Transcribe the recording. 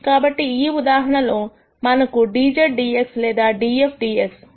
కాబట్టి ఈ ఉదాహరణలో మనకు dz dx లేదా df dx ఉంది